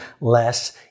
less